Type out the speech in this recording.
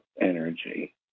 energy